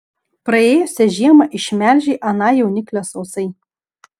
praėjusią žiemą išmelžei aną jauniklę sausai